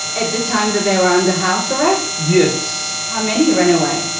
at the time that they were under house arrest? yes. how many ran away?